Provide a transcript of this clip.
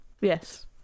Yes